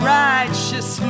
righteous